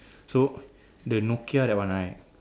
so the Nokia that one right